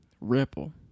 Ripple